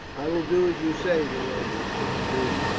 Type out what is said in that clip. i will do as you say, the roman agreed.